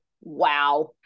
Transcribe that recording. wow